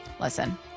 Listen